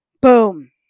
Boom